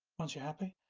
once you're happy,